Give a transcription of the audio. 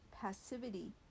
passivity